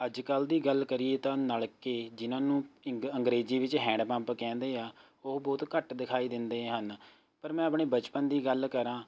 ਅੱਜ ਕੱਲ੍ਹ ਦੀ ਗੱਲ ਕਰੀਏ ਤਾਂ ਨਲ਼ਕੇ ਜਿਨ੍ਹਾਂ ਨੂੰ ਇੰਗ ਅੰਗਰੇਜ਼ੀ ਵਿੱਚ ਹੈਂਡਪੰਪ ਕਹਿੰਦੇ ਆ ਉਹ ਬਹੁਤ ਘੱਟ ਦਿਖਾਈ ਦਿੰਦੇ ਹਨ ਪਰ ਮੈਂ ਆਪਣੇ ਬਚਪਨ ਦੀ ਗੱਲ ਕਰਾਂ